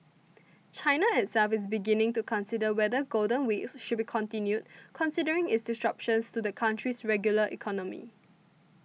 China itself is beginning to consider whether Golden Weeks should be continued considering its disruptions to the country's regular economy